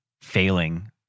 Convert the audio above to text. failing